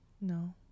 No